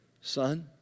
Son